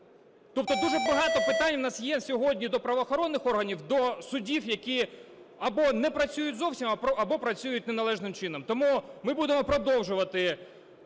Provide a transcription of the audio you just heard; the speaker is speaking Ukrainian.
Тобто дуже багато питань у нас є сьогодні до правоохоронних органів, до судів, які або не працюють зовсім, або працюють неналежним чином. Тому ми будемо продовжувати